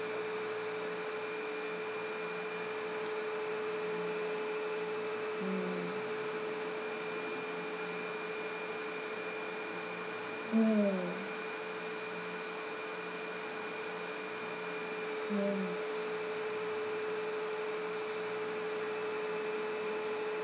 mm mm mm um